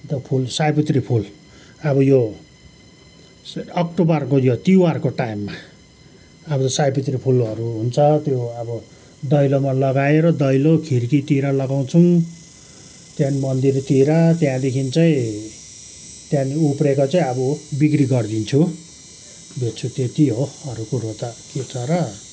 अन्त फुल सयपत्री फुल अब यो अक्टोबरको यो तिहारको टाइममा अब सयपत्री फुलहरू हुन्छ त्यो अब दैलोमा लगाएर दैलो खिड्कीतिर लगाउँछौँ त्यहाँदेखि मन्दिरतिर त्यहाँदेखि चाहिँ त्यहाँदेखि उब्रिएको चाहिँ अब बिक्री गरिदिन्छु बेच्छु त्यति हो अरू कुरो त के छ र